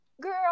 Girl